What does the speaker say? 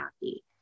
happy